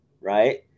right